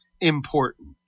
important